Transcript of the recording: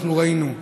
אנחנו ראינו,